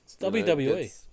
WWE